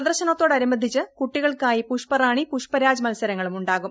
പ്രദർശനത്തോടനുബന്ധിച്ച് കുട്ടികൾക്കായി പുഷ്പറാണി പുഷ്പരാജ് മത്സരങ്ങളും ഉണ്ടാകും